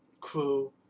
crew